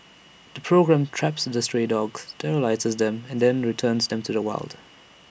the programme traps the stray dogs sterilises them and then returns them to the wild